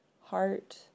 heart